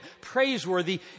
praiseworthy